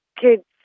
kids